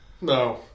No